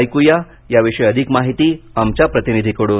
ऐक्या याविषयी अधिक माहिती आमच्या प्रतिनिधीकडून